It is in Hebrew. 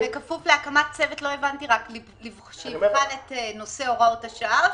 בכפוף להקמת צוות שיבחן את נושא הוראות השעה,